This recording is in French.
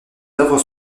œuvres